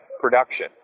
production